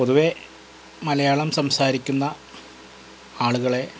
പൊതുവെ മലയാളം സംസാരിക്കുന്ന ആളുകളെ